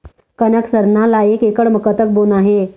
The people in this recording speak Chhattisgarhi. कनक सरना ला एक एकड़ म कतक बोना हे?